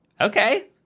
Okay